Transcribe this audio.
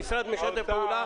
המשרד משתף פעולה?